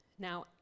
Now